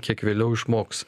kiek vėliau išmoks